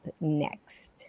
next